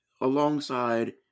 alongside